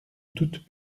toute